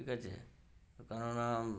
ঠিক আছে কেননা